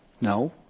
No